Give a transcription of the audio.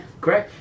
Great